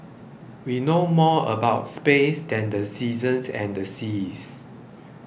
we know more about space than the seasons and the seas